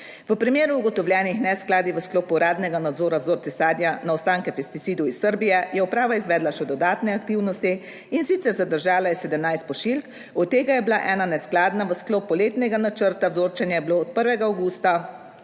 V primeru ugotovljenih neskladij v sklopu uradnega nadzora vzorcev sadja na ostanke pesticidov iz Srbije je uprava izvedla še dodatne aktivnosti, in sicer zadržala je 17 pošiljk, od tega je bila ena neskladna. V sklopu letnega načrta vzorčenja je bilo od 1. avgusta